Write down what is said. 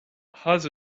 has